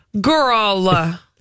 girl